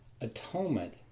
atonement